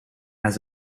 has